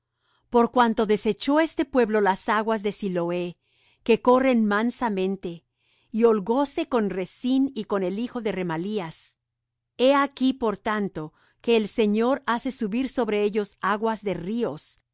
por cuanto desechó este pueblo las aguas de siloé que corren mansamente y holgóse con rezín y con el hijo de remalías he aquí por tanto que el señor hace subir sobre ellos aguas de ríos